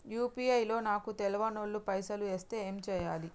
UPI లో నాకు తెల్వనోళ్లు పైసల్ ఎస్తే ఏం చేయాలి?